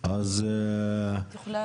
אז אני לא יכול להצטרף.